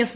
F